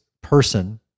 person